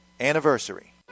anniversary